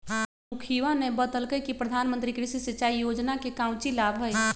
मुखिवा ने बतल कई कि प्रधानमंत्री कृषि सिंचाई योजना के काउची लाभ हई?